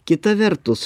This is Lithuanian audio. kita vertus